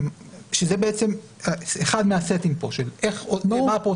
שזה אחד מהסטים פה, של מה הפרוצדורה.